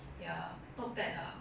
ya not bad lah